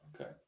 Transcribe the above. Okay